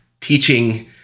teaching